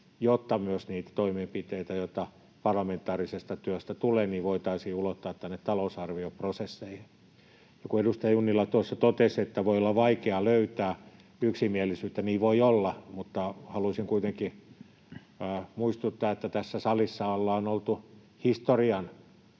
jotta myös niitä toimenpiteitä, joita parlamentaarisesta työstä tulee, voitaisiin ulottaa tänne talousarvioprosesseihin. Niin kuin edustaja Junnila tuossa totesi, että voi olla vaikea löytää yksimielisyyttä, niin niin voi olla, mutta haluaisin kuitenkin muistuttaa, että tässä salissa ollaan oltu historiaan